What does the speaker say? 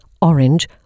orange